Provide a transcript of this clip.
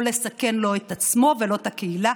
לא לסכן את עצמו ולא את הקהילה